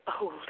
old